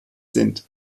sind